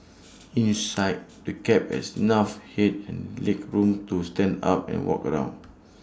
inside the cab has enough Head and legroom to stand up and walk around